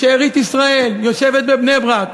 "שארית ישראל" יושב בבני-ברק,